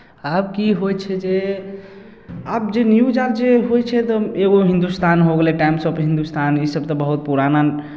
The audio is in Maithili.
आब की होइ छै जे आब जे न्यूज आर जे होइ छै तऽ एगो हिन्दुस्तान हो गेलै टाइम्स ऑफ हिन्दुस्तान इसभ तऽ बहुत पुराना